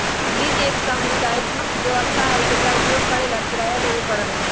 lease एक संविदात्मक व्यवस्था हई जेकरा उपयोग करे ला किराया देवे पड़ा हई